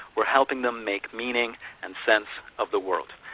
we're helping them make meaning and sense of the world.